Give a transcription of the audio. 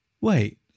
Wait